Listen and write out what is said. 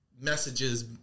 messages